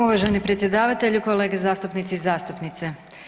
Uvaženi predsjedavatelju, kolege zastupnici i zastupnice.